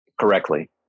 correctly